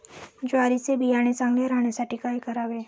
ज्वारीचे बियाणे चांगले राहण्यासाठी काय करावे?